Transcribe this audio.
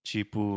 Tipo